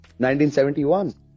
1971